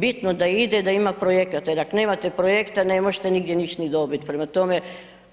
Bitno je da ide i da ima projekata jer ako nemate projekta ne možete nigdje ništa ni dobiti, prema tome,